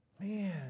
Man